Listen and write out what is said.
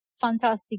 fantastic